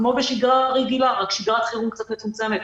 כמו בשגרה רגילה רק שגרת חירום קצת מצומצמת,